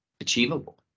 achievable